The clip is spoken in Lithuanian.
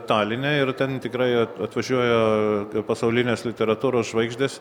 taline ir ten tikrai at atvažiuoja pasaulinės literatūros žvaigždės